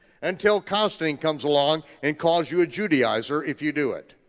until constantine comes along and calls you a judaizer if you do it.